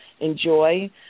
enjoy